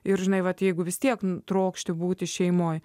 ir žinai vat jeigu vis tiek trokšti būti šeimoje